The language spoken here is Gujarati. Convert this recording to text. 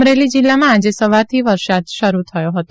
અમરેલી જિલ્લામાં આજે સવારથી વરસાદ શરૂ થયો હતો